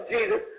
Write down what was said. Jesus